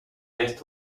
gett